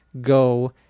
go